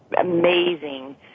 amazing